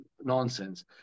nonsense